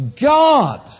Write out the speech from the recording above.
God